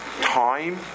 time